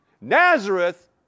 Nazareth